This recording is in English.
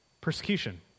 persecution